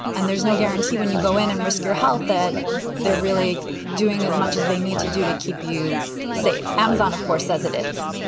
and there's no guarantee when you go in and risk your health that they're really doing as much as they need to do to keep you safe. amazon, of course, says it is.